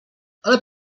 ale